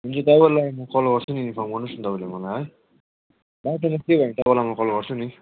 ए तपाईँलाई म कल गर्छु नि इन्फर्म गर्नुहोस् न तपाईँले मलाई है तपाईँलाई म कल गर्छु नि